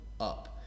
up